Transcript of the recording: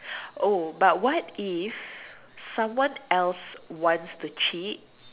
oh but what if someone else wants to cheat